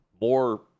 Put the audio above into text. more